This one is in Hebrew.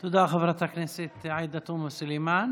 תודה, חברת הכנסת עאידה תומא סלימאן.